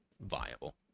viable